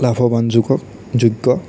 লাভৱান যোগ যোগ্য